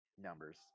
numbers